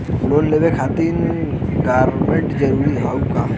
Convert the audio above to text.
Loan लेवब खातिर guarantor जरूरी हाउ का?